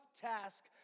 task